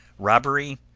robbery,